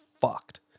fucked